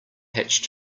hatch